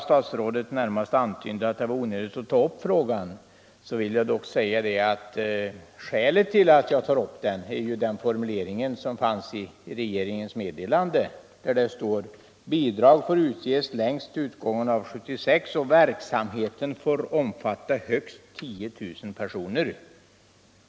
Statsrådet antydde närmast att det var onödigt att ta upp denna fråga, men skälet till att jag berörde den är den formulering som fanns i regeringsmeddelandet där det står att bidrag får utges längst till utgången av år 1976 och att verksamheten bör omfatta högst 10 000 personer.